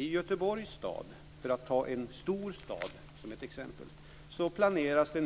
I Göteborgs stad, för att ta en stor stad som ett exempel, planeras och